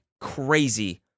crazy